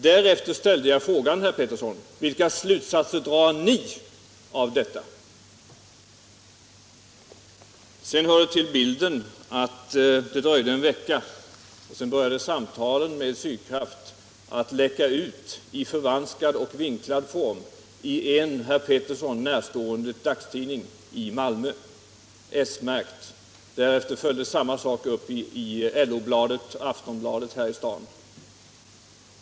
Därefter ställde jag frågan: Vilka slutsatser drar ni av detta? Sedan hör det till bilden att det dröjde en vecka, och därefter började uppgifter om samtalen med Sydkraft att läcka ut i förvanskad och vinklad form i en herr Pettersson närstående dagstidning i Malmö, s-märkt. Därefter följde samma sak i LO-bladet Aftonbladet här i staden.